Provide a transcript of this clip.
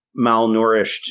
malnourished